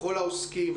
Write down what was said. לכל העוסקים,